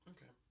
Okay